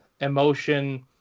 emotion